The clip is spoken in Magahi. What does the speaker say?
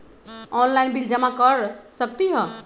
ऑनलाइन बिल जमा कर सकती ह?